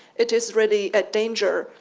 it is really a danger,